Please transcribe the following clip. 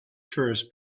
tourists